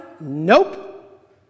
Nope